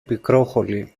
πικρόχολη